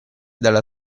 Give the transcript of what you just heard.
dalla